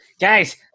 Guys